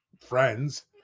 friends